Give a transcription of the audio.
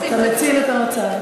אתה מציל את המצב.